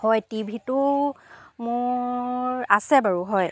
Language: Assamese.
হয় টি ভিটো মোৰ আছে বাৰু হয়